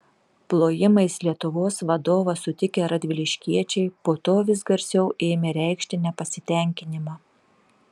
plojimais lietuvos vadovą sutikę radviliškiečiai po to vis garsiau ėmė reikšti nepasitenkinimą